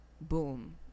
boom